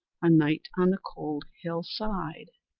a night on the cold hill-side.